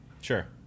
Sure